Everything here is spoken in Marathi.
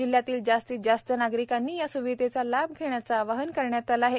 जिल्ह्यातील जास्तीत जास्त नागरिकांनी या स्विधेचा लाभ घेण्याचे आवाहन करण्यात आले आहे